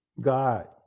God